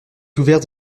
ouverte